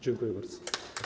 Dziękuję bardzo.